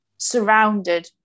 surrounded